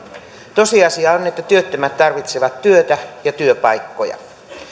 tosiasia on että työttömät tarvitsevat työtä ja työpaikkoja